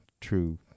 true